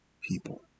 people